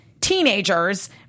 teenagers